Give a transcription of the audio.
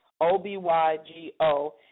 O-B-Y-G-O